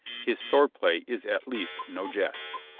his sword-play is at least no jest.